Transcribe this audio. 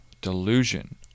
delusion